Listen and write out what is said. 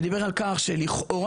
שנדבר על כך שלכאורה,